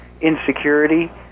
insecurity